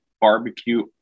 barbecue